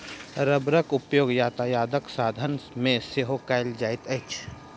रबड़क उपयोग यातायातक साधन मे सेहो कयल जाइत अछि